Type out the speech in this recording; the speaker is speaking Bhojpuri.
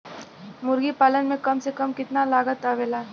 मुर्गी पालन में कम से कम कितना लागत आवेला?